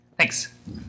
Thanks